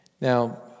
Now